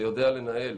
שיודע לנהל